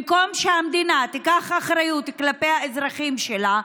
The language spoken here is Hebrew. במקום שהמדינה תיקח אחריות כלפי האזרחים שלה,